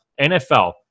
NFL